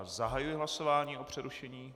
Zahajuji hlasování o přerušení...